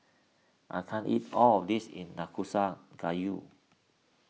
I can't eat all of this in Gayu